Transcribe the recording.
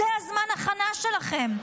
זה זמן ההכנה שלכם.